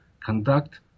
conduct